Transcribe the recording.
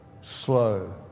slow